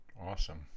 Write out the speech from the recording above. Awesome